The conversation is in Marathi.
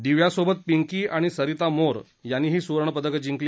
दिव्यासोबत पिंकी आणि सरिता मोर यांनीही स्वर्ण पदक पटकावलं